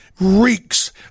Reeks